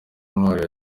intwaro